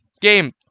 game